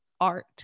art